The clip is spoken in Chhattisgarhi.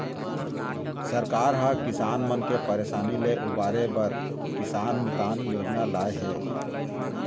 सरकार ह किसान मन के परसानी ले उबारे बर किसान मितान योजना लाए हे